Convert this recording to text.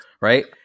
right